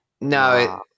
no